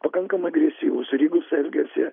pakankamai agresyvus ir jeigu jis elgiasi